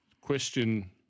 question